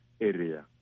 area